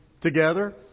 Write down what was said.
together